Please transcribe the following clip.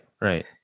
right